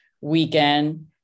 weekend